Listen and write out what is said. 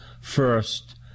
first